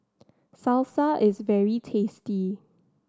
salsa is very tasty